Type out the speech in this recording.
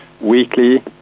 weekly